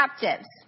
captives